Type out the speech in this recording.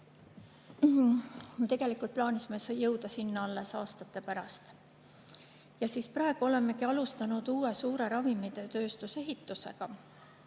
tegelikult plaanisime jõuda sinna alles aastate pärast. Praegu olemegi alustanud uue suure ravimitööstuse ehitust.